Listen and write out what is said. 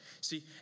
See